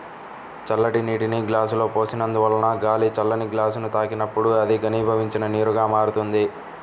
చల్లటి నీటిని గ్లాసులో పోసినందువలన గాలి ఆ చల్లని గ్లాసుని తాకినప్పుడు అది ఘనీభవించిన నీరుగా మారుతుంది